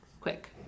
quick